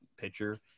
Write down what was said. pitcher